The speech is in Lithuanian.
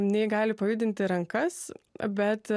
nei gali pajudinti rankas bet